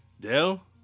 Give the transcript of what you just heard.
Dell